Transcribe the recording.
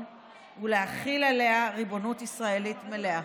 ולהחיל עליהם ריבונות ישראלית מלאה.